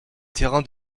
terrain